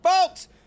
Folks